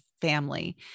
family